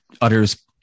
utters